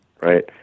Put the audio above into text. Right